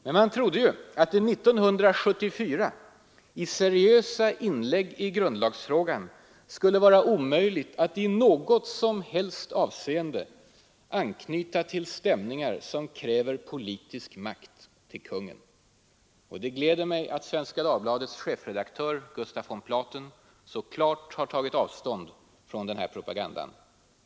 Men man trodde ju att det 1974 i seriösa inlägg i grundlagsfrågan skulle vara omöjligt att i något som helst avseende anknyta till stämningar som kräver politisk makt till kungen. Det gläder mig att Svenska Dagbladets chefredaktör Gustaf von Platen så klart har tagit avstånd från den propagandan.